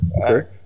Okay